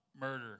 murder